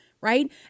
Right